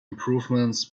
improvements